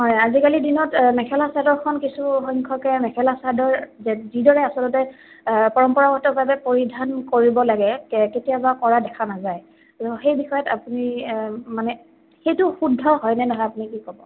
হয় আজিকালি দিনত মেখেলা চাদৰখন কিছু সংখ্যকে মেখেলা চাদৰ যিদৰে আচলতে পৰম্পৰাগতভাবে পৰিধান কৰিব লাগে কেতিয়াবা কৰা দেখা নাযায় ত' সেই বিষয়ত আপুনি মানে সেইটো শুদ্ধ হয়নে নহয় আপুনি কি ক'ব